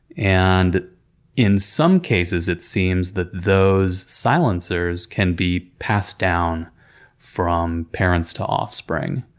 and in some cases, it seems that those silencers can be passed down from parents to offspring,